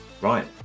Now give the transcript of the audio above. Right